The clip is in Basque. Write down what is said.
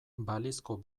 balizko